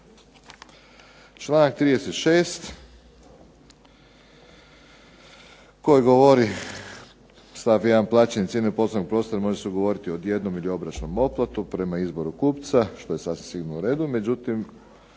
Članak 36. koji govori, stav 1. plaćanje cijene poslovnog prostora može se ugovoriti odjednom ili obročnom otplatom prema izboru kupca što je sasvim sigurno u redu,